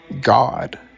God